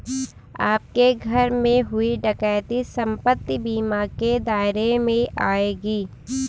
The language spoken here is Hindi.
आपके घर में हुई डकैती संपत्ति बीमा के दायरे में आएगी